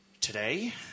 Today